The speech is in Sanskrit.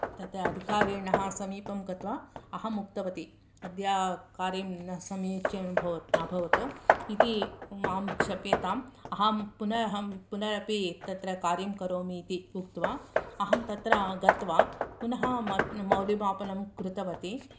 तत्र अधिकारीणः समीपं गत्वा अहं उक्तवती अद्य कार्यं न समीचिनं अभवत् इति मां क्षम्यताम् पुनः अहं पुनरपि तत्र कार्यं करोमि इति उक्त्वा अहं तत्र गत्वा पुनः मौल्यमापनं कृतवती